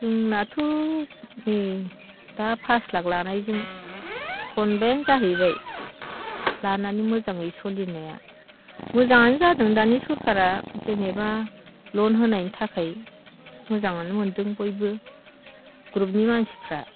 जोंनाथ' दा पास लाख लानायजों खनबायानो जाहैबाय लानानै मोजाङै सोलिनाया मोजाङानो जादों दानि सोरखारा जेनेबा ल'न होनायनि थाखाय मोजाङानो मोन्दों बयबो ग्रुपनि मानसिफ्रा